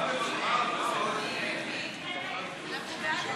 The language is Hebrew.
אדוני היושב-ראש,